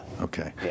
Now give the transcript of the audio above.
Okay